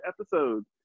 episodes